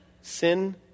Sin